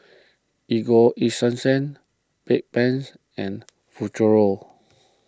Ego Esunsense Bedpans and Futuro